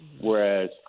whereas –